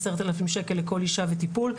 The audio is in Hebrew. עשרת אלפים שקל לכל אישה וטיפול.